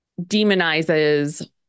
demonizes